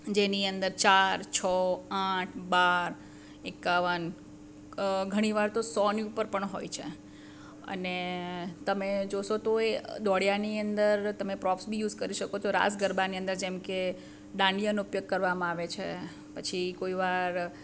જેની અંદર ચાર છો આઠ બાર એકાવન ઘણી વાર તો સોની ઉપર પણ હોય છે અને તમે જોશો તો એ દોડ્યાની અંદર તમે પ્રોપ્સ બી યુઝ કરી શકો છો રાસ ગરબા ની અંદર જેમ કે દાંડિયાનો ઉપયોગ કરવામાં આવે છે પછી કોઈ વાર